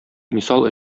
мисал